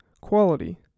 Quality